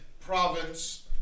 province